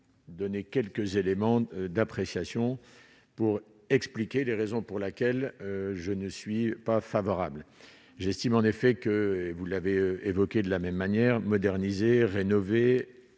donner quelques éléments d'appréciation pour expliquer les raisons pour laquelle je ne suis pas favorable, j'estime en effet que, et vous l'avez évoqué de la même manière modernisés, rénovés